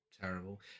terrible